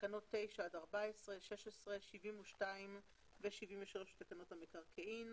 תקנות 9 עד 14, 16, 72 ו-73 לתקנות המקרקעין.